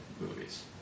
movies